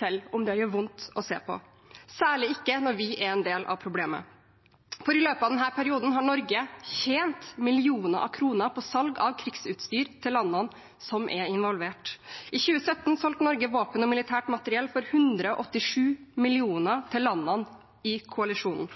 selv om det gjør vondt å se på, og særlig ikke når vi er en del av problemet. For i løpet av denne perioden har Norge tjent millioner av kroner på salg av krigsutstyr til landene som er involvert. I 2017 solgte Norge våpen og militært materiell for 187 mill. kr til landene i koalisjonen.